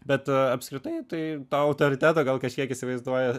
bet apskritai tai tą autoritetą gal kažkiek įsivaizduoja